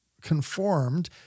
conformed